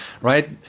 Right